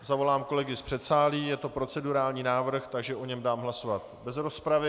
Zavolám kolegy z předsálí, je to procedurální návrh, takže o něm dám hlasovat bez rozpravy.